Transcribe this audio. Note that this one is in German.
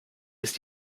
ist